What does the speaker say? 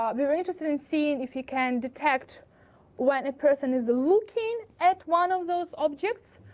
um we were interested in seeing if you can detect when a person is looking at one of those objects,